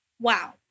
Wow